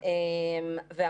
יש